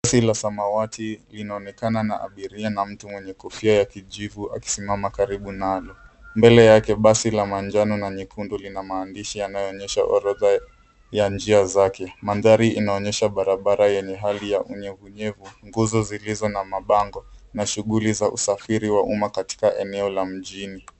Basi la samawati linaonekana na abiria na mtu mwenye kofia ya kijivu akisimama karibu nalo. Mbele yake basi la manjano na nyekundu lina maandishi yanaonyesha orodha ya njia zake. Mandhari inaonyesha barabara yenye hali ya unyevunyevu, nguzo zilizo na mabango na shughuli za usafiri wa umma katika eneo la mjini.